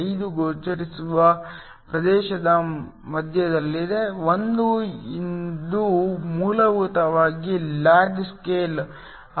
5 ಗೋಚರಿಸುವ ಪ್ರದೇಶದ ಮಧ್ಯದಲ್ಲಿದೆ 1 ಇದು ಮೂಲಭೂತವಾಗಿ ಲಾಗ್ ಸ್ಕೇಲ್ ಆಗಿದೆ